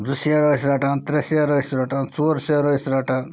زٕ سیر ٲسۍ رَٹان ترٛےٚ سیر ٲسۍ رَٹان ژور سیر ٲسۍ رَٹان